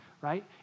right